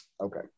okay